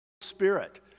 Spirit